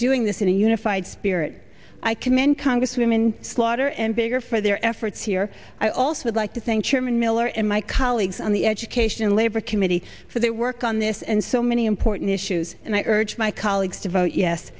doing this in a unified spirit i commend congresswoman slaughter and bigger for their efforts here i also would like to thank chairman miller and my colleagues on the education and labor committee for their work on this and so many important issues and i urge my colleagues to vote yes